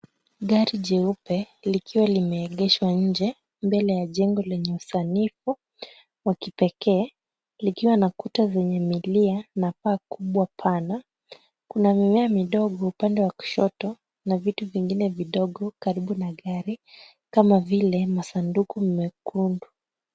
Gari jeupe, likiwa limeegeshwa nje mbele ya jengo lenye usanifu wa kipekee, likiwa na kuta zenye milia na paa kubwa pana. Kuna mimea midogo upande wa kushoto na vitu vingine vidogo karibu na gari kama vile masanduku mekundu.